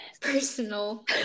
personal